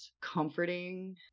comforting